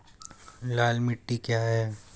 लाल मिट्टी क्या है?